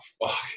Fuck